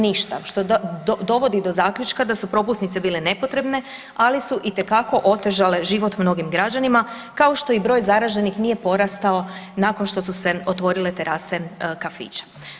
Ništa, što dovodi do zaključka da su propusnice bile nepotrebne ali su itekako otežale život mnogim građanima kao što i broj zaraženih nije porastao nakon što su se otvorile terase kafića.